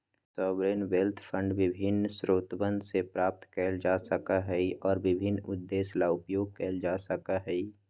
sovereign wealth fund विभिन्न स्रोतवन से प्राप्त कइल जा सका हई और विभिन्न उद्देश्य ला उपयोग कइल जा सका हई